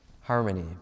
Harmony